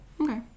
Okay